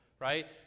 Right